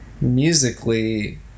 musically